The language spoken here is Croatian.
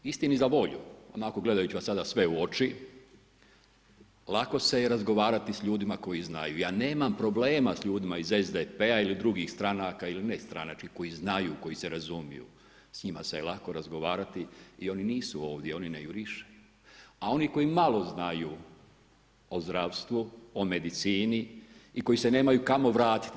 Istini za volju, onako gledajući vas sada sve u oči, lako se je razgovarati koji znaju, ja nemam problema s ljudima iz SDP-a ili drugih stranaka ili nestranačkih koji znaju, koji se razumiju, s njima se je lako razgovarati, i oni nisu ovdje i oni ne jurišaju, a oni koji malo znaju o zdravstvu, o medicini i koji se nemaju kamo vratiti.